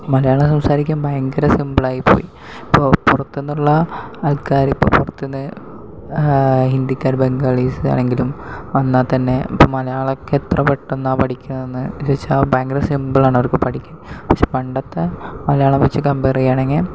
മലയാളം സംസാരിക്കാൻ ഭയങ്കര സിമ്പിൾ ആയിപ്പോയി ഇപ്പൊൾ പുറത്തുനിന്നുള്ള ആൾക്കാർ ഇപ്പോൾ പുറത്തുനിന്ന് ഹിന്ദിക്കാര് ബംഗാളീസാണങ്കിലും വന്നാൽ തന്നെ ഇപ്പോൾ മലയാളമൊക്കെ എത്ര പെട്ടന്നാ പഠിക്കുന്നത് എന്ന് വെച്ചാൽ വളരെ സിമ്പിൾ ആണ് അവർക്ക് പഠിക്കാൻ പക്ഷെ പണ്ടത്തെ മലയാളം വച്ച് കംപെയറ് ചെയ്യുകയാണെങ്കിൽ